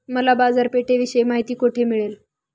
मला बाजारपेठेविषयी माहिती कोठे मिळेल?